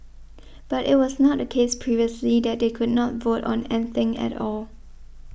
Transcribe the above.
but it was not the case previously that they could not vote on anything at all